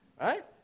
Right